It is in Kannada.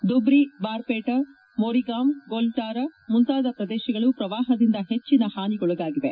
ಧುಬ್ರಿ ಬಾರ್ಪೆಟಾ ಮೊರಿಗಾಂವ್ ಗೋಲ್ದಾರ ಮುಂತಾದ ಪ್ರದೇಶಗಳು ಪ್ರವಾಹದಿಂದ ಹೆಚ್ಚನ ಹಾನಿಗೊಳಗಾಗಿವೆ